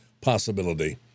possibility